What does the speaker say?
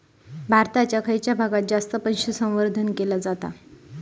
भारताच्या खयच्या भागात जास्त पशुसंवर्धन केला जाता?